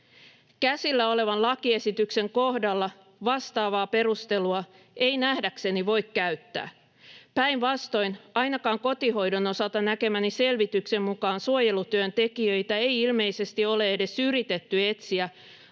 Käsillä olevan lakiesityksen kohdalla vastaavaa perustelua ei nähdäkseni voi käyttää, päinvastoin. Ainakaan kotihoidon osalta näkemäni selvityksen mukaan suojelutyön tekijöitä ei ilmeisesti ole edes yritetty etsiä